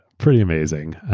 pretty amazing.